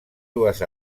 dues